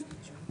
בסמים.